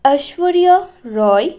ঐশ্বর্য রায়